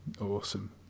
Awesome